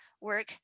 work